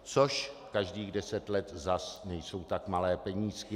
Což každých deset let zase nejsou tak malé penízky.